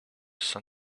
sein